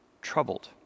troubled